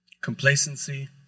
complacency